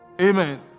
Amen